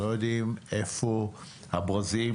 לא יודעים איפה הברזים